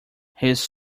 his